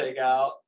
takeout